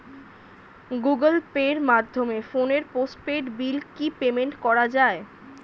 Google পের মাধ্যমে ফোনের পোষ্টপেইড বিল কি পেমেন্ট করা যায়?